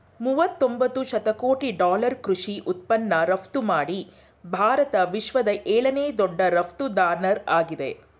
ಮೂವತೊಂಬತ್ತು ಶತಕೋಟಿ ಡಾಲರ್ ಕೃಷಿ ಉತ್ಪನ್ನ ರಫ್ತುಮಾಡಿ ಭಾರತ ವಿಶ್ವದ ಏಳನೇ ದೊಡ್ಡ ರಫ್ತುದಾರ್ನಾಗಿದೆ